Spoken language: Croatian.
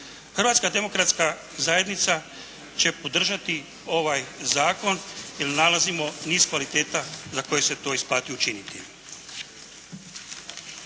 Hrvatska demokratska zajednica će podržati ovaj zakon jer nalazimo niz kvaliteta za koje se to isplati učiniti.